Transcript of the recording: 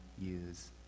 use